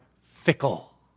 fickle